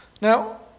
Now